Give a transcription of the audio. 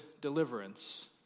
deliverance